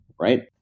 right